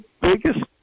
biggest